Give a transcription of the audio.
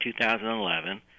2011